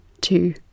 two